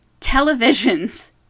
Televisions